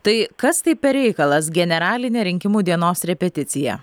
tai kas tai per reikalas generalinė rinkimų dienos repeticija